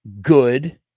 good